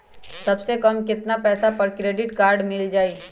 सबसे कम कतना पैसा पर क्रेडिट काड मिल जाई?